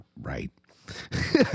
Right